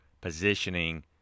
positioning